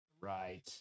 Right